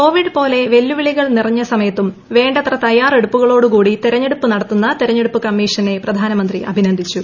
Covid ഇത് പോലെ വെല്ലുവിളികൾ നിറഞ്ഞ സമയത്തും വേണ്ടത്ര തയ്യാറെടുപ്പുകളോടുകൂടി തെരഞ്ഞെടുപ്പ് നടത്തുന്ന തെരഞ്ഞെടുപ്പ് കമ്മീഷനെ പ്രധാനമന്ത്രി അഭിനന്ദിച്ചു